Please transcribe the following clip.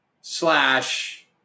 slash